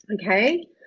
okay